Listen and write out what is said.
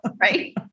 Right